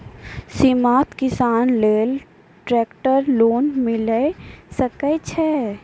सीमांत किसान लेल ट्रेक्टर लोन मिलै सकय छै?